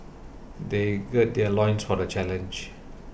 they gird their loins for the challenge